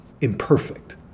imperfect